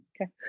Okay